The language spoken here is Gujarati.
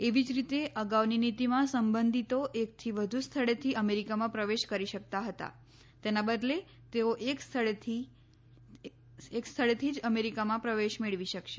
એવી જ રીતે અગાઉની નીતિમાં સંબંધીતો એકથી વધુ સ્થળેથી અમેરિકામાં પ્રવેશ કરી શકતા હતા તેના બદલે તેઓ એક સ્થળેથી જ અમેરિકામાં પ્રવેશ મેળવી શકશે